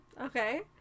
Okay